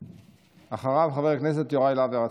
ואחריו, יוראי להב הרצנו.